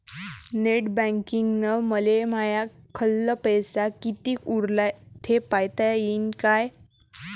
Net बँकिंगनं मले माह्या खाल्ल पैसा कितीक उरला थे पायता यीन काय?